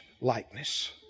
likeness